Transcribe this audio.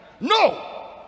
No